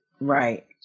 Right